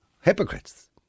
Hypocrites